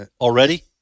already